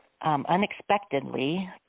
unexpectedly